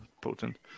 potent